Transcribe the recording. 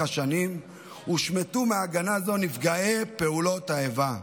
השנים הושמטו מהגנה זו נפגעי פעולות האיבה,